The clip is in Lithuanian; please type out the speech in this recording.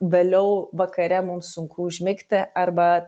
vėliau vakare mums sunku užmigti arba